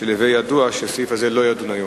להווי ידוע שהסעיף הזה לא יידון היום.